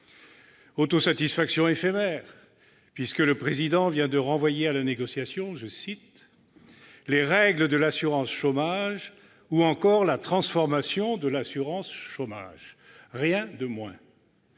autosatisfaction éphémère, puisque le Président vient de renvoyer à la négociation « les règles de l'assurance chômage » ou encore « la transformation de l'assurance chômage ». Rien de moins